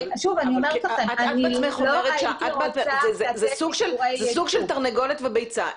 זה סוג של תרנגולת וביצה.